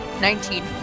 Nineteen